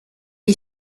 est